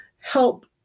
help